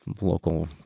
local